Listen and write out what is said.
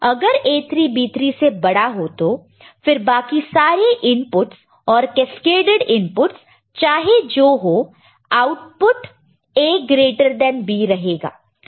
अगर A3 B3 से बड़ा हो तो फिर बाकी सारे इनपुटस और कैस्केडड इनपुटस चाहे जो हो output A greater than B रहेगा